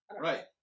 right